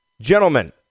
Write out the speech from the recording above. Gentlemen